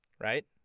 right